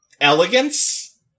Elegance